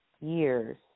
years